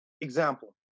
Example